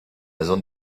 zone